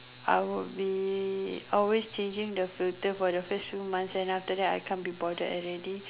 I would be always changing the filter for the first few months then after that I can't be bothered already